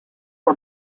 are